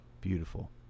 Beautiful